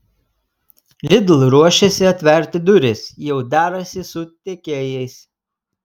lidl ruošiasi atverti duris jau derasi su tiekėjais